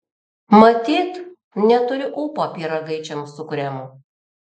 matyt neturiu ūpo pyragaičiams su kremu